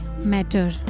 matter